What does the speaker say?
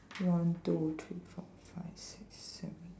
one two three four five six seven